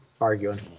arguing